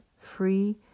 free